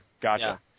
gotcha